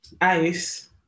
ice